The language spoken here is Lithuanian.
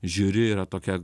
žiūri yra tokia